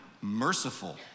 merciful